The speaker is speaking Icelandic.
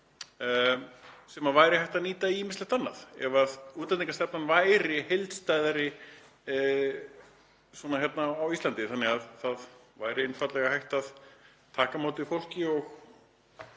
sem væri hægt að nýta í ýmislegt annað ef útlendingastefnan væri heildstæðari hérna á Íslandi þannig að það væri einfaldlega hægt að taka á móti fólki og